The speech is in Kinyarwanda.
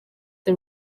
the